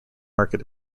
market